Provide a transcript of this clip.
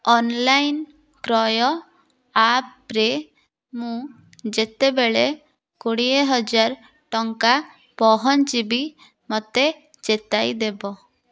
online କ୍ରୟ ଆପ୍ରେ ମୁଁ ଯେତେବେଳେ କୋଡ଼ିଏ ହଜାରେ ଟଙ୍କା ପହଞ୍ଚିବି ମୋତେ ଚେତାଇ ଦେବ